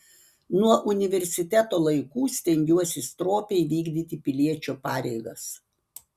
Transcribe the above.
nuo universiteto laikų stengiuosi stropiai vykdyti piliečio pareigas